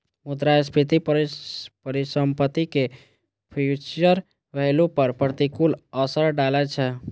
मुद्रास्फीति परिसंपत्ति के फ्यूचर वैल्यू पर प्रतिकूल असर डालै छै